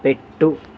పెట్టు